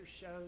shows